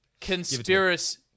Conspiracy